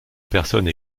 personnes